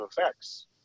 effects